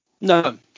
No